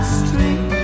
street